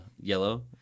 yellow